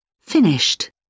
Finished